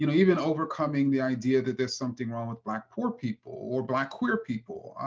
you know even overcoming the idea that there's something wrong with black poor people or black queer people.